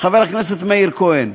חבר הכנסת מאיר כהן,